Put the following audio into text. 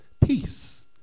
Peace